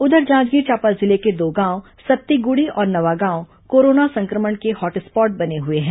उधर जांजगीर चांपा जिले के दो गांव सत्तीगुड़ी और नवागांव कोरोना का हॉटस्पॉट बना हुआ है